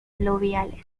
fluviales